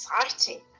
exciting